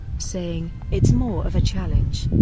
saying it's more of a challenge.